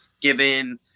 given